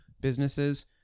businesses